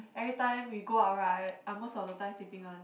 everytime we go out right I most of the time sleeping one